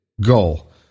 goal